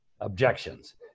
objections